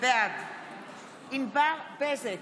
בעד ענבר בזק,